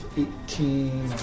eighteen